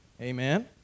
Amen